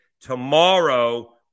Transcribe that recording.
Tomorrow